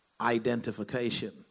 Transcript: identification